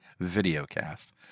videocast